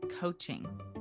Coaching